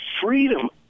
freedom